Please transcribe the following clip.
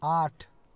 आठ